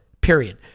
period